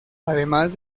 además